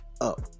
up